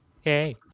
Hey